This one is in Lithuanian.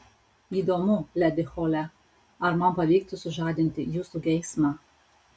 įdomu ledi hole ar man pavyktų sužadinti jūsų geismą